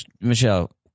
Michelle